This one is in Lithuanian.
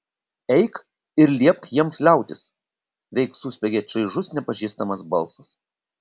eik ir liepk jiems liautis veik suspiegė čaižus nepažįstamas balsas